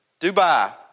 Dubai